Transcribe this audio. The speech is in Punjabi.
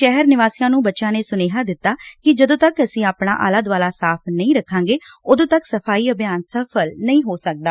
ਸ਼ਹਿਰ ਨਿਵਾਸੀਆਂ ਨੂੰ ਬੱਚਿਆਂ ਨੇ ਸੁਨੇਹਾ ਦਿਤਾ ਕਿ ਜਦੋਂ ਤੱਕ ਅਸੀਂ ਆਪਣਾ ਆਲਾ ਦੁਆਲਾ ਸਾਫ਼ ਨਹੀਂ ਰੱਖਾਗੇ ਉਦੋਂ ਤੱਕ ਸਫ਼ਾਈ ਅਭਿਆਨ ਸਫਲ ਨਹੀਂ ਹੋ ਸਕਦਾ